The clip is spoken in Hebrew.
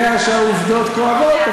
אני יודע שהעובדות כואבות.